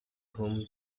home